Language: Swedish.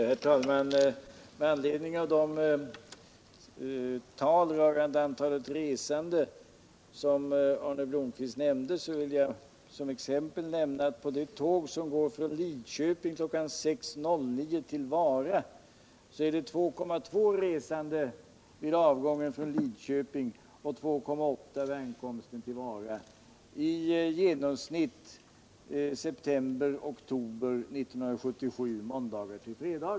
Herr talman! Med anledning av de siffror Arne Blomkvist angav vill jag som exempel nämna att på det tåg som går från Lidköping kl. 6.09 till Vara är det vid avgången från Lidköping 2,2 resande och vid ankomsten till Vara 2,8. Dessa siffror anger ett genomsnitt i september-oktober 1977 måndagar till fredagar.